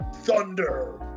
thunder